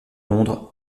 londres